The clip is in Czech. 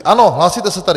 Ano, hlásíte se tady.